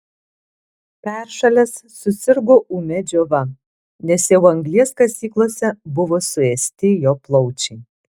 peršalęs susirgo ūmia džiova nes jau anglies kasyklose buvo suėsti jo plaučiai